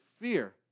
fear